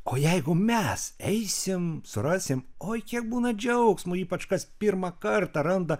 o jeigu mes eisim surasim oi kiek būna džiaugsmo ypač kas pirmą kartą randa